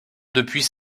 depuis